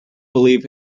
believe